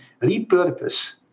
repurpose